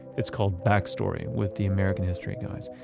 it's called back story with the american history guys.